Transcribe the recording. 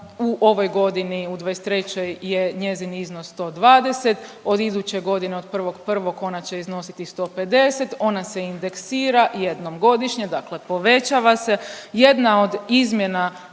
u ovoj godini, u '23. je njezin iznos 120, od iduće godine od 1.1. ona će iznositi 150, ona se indeksira jednom godišnje, dakle povećava se. Jedna od izmjena